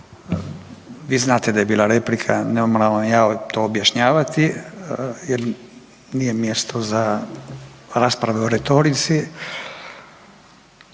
Vi znate da je bila replika, ne moram vam ja to objašnjavati jer nije mjesto za raspravu o retorici